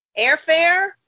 airfare